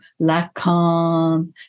Lacan